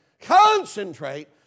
concentrate